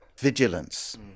vigilance